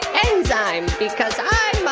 enzyme because i'm